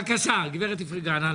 בבקשה, גברת איפרגן.